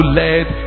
let